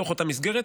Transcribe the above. בתוך אותה מסגרת,